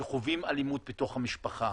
שחווים אלימות בתוך המשפחה.